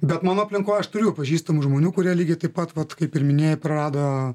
bet mano aplinkoj aš turiu pažįstamų žmonių kurie lygiai taip pat vat kaip ir minėjai prarado